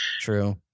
true